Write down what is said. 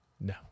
No